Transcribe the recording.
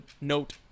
note